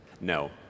No